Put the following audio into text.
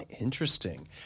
Interesting